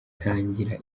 ntangira